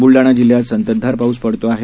बुलडाणा जिल्ह्यात संततधार पाऊस पडत आहे